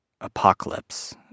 apocalypse